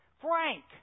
Frank